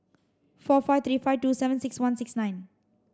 four five three five two seven six one six nine